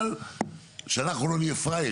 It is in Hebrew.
אבל שאנחנו לא נהיה פראיירים.